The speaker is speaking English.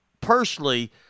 personally